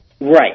Right